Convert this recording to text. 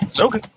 Okay